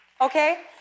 Okay